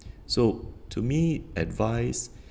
so to me advice